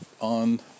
on